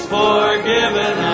forgiven